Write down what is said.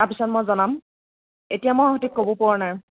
তাৰপিছত মই জনাম এতিয়া মই সঠিক ক'ব পৰা নাই